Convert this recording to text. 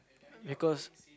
because